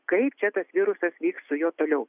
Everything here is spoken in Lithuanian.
kaip čia tas virusas vyks su juo toliau